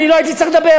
אני לא הייתי צריך לדבר.